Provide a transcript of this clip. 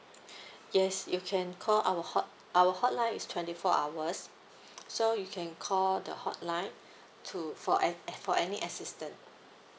yes you can call our hot our hotline is twenty four hours so you can call the hotline to for any for any assistance